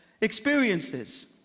experiences